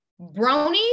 bronies